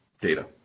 data